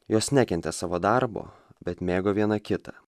jos nekentė savo darbo bet mėgo viena kitą